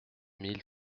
mille